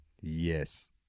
Yes